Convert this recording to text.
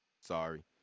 Sorry